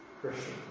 Christian